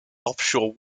offshore